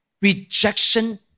rejection